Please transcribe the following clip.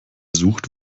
sucht